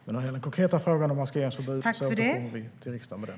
Men i den konkreta frågan om maskeringsförbud återkommer vi till riksdagen.